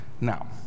now